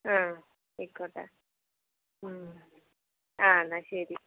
ആ ആയിക്കോട്ടെ ആ എന്നാൽ ശരി